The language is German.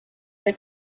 der